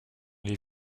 les